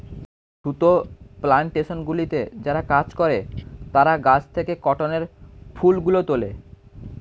সুতো প্ল্যানটেশনগুলিতে যারা কাজ করে তারা গাছ থেকে কটনের ফুলগুলো তোলে